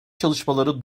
çalışmaları